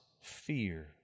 fear